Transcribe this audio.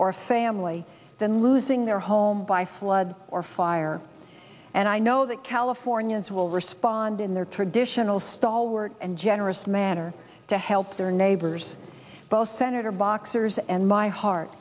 or a family than losing their home by flood or fire and i know that californians will respond in their traditional stalwart and generous manner to help their neighbors both senator boxer's and my heart